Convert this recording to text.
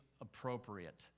appropriate